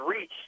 reach